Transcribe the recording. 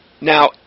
Now